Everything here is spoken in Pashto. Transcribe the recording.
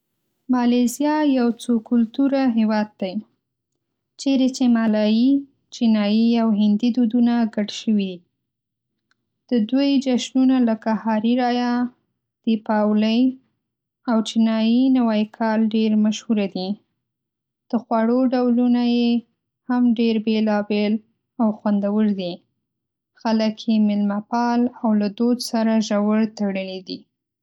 مالیزیا یو څو کلتوره هېواد دی، چیرې چې مالایي، چینایي او هندي دودونه ګډ شوي. د دوی جشنونه لکه هاري رایا، دیپاولی او چینایي نوی کال ډېر مشهوره دي. د خواړو ډولونه یې هم ډېر بېلابېل او خوندور دي. خلک یې میلمه پال او له دود سره ژور تړلي دي.